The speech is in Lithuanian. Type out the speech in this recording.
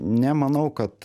nemanau kad